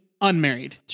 unmarried